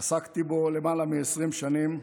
עסקתי בו למעלה מ-20 שנים.